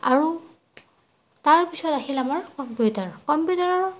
আৰু তাৰ পিছত আহিল আমাৰ কম্পিউটাৰ কম্পিউটাৰৰ